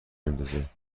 میندازه